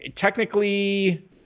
technically